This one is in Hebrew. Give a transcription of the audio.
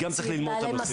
גם צריך ללמוד את הנושא יותר.